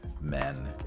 men